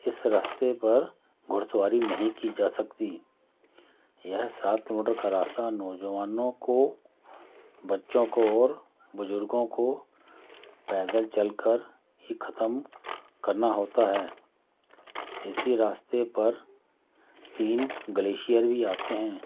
इस रास्ते पर घुड़सवारी नहीं की जा सकती यह सात किलोमीटर का रास्ता नवजवानों को बच्चों को और बुजुर्गों को पैदल चल कर ही खत्म करना होता है इसी रास्ते पर तीन गलेसियर भी आते है